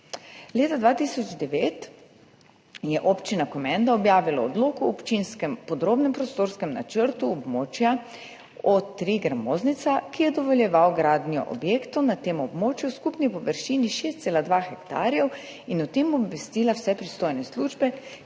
Leta 2009 je občina Komenda objavila Odlok o občinskem podrobnem prostorskem načrtu območja O3 gramoznica, ki je dovoljeval gradnjo objektov na tem območju v skupni površini 6,2 hektarja, in o tem obvestila vse pristojne službe,